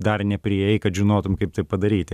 dar nepriėjai kad žinotum kaip tai padaryti